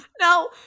No